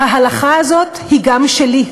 ההלכה הזאת היא גם שלי,